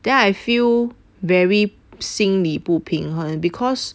then I feel very 心理不平衡 because